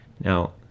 Now